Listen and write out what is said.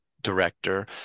director